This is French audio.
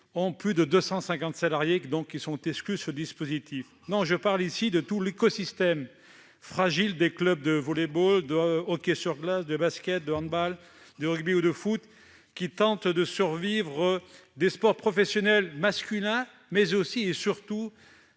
vous l'avez rappelé -exclus de ce dispositif. Non, je parle ici de tout l'écosystème, si fragile, des clubs de volley-ball, de hockey sur glace, de basket-ball, de handball, de rugby, ou de football qui tentent de survivre. Je parle des sports professionnels masculins, mais aussi et surtout